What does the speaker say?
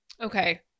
Okay